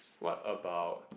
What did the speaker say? what about